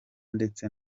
ndetse